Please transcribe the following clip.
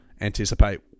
anticipate